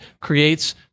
Creates